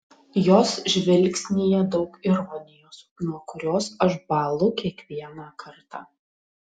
jos žvilgsnyje daug ironijos nuo kurios aš bąlu kiekvieną kartą